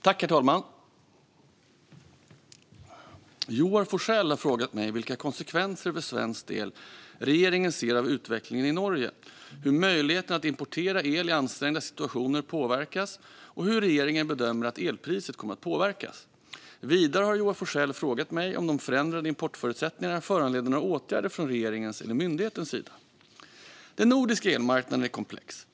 Herr talman! har frågat mig vilka konsekvenser för svensk del regeringen ser av utvecklingen i Norge, hur möjligheten att importera el i ansträngda situationer påverkas och hur regeringen bedömer att elpriset kommer att påverkas. Vidare har Joar Forssell frågat mig om de förändrade importförutsättningarna föranleder några åtgärder från regeringens eller myndigheternas sida. Den nordiska elmarknaden är komplex.